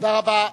תודה רבה.